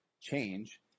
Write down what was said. change